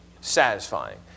satisfying